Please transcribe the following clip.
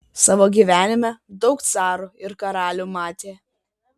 savo gyvenime daug carų ir karalių matė